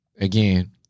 again